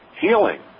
healing